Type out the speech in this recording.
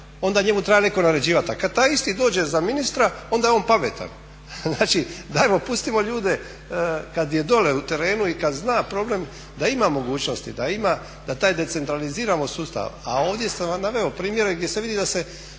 onda njemu treba netko naređivat. A kad taj isti dođe za ministra onda je on pametan. Znači, dajmo pustimo ljude kad je dole u terenu i kad zna problem da ima mogućnosti, da ima, da taj decentraliziramo sustav. A ovdje sam vam naveo primjere gdje se vidi da se